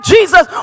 Jesus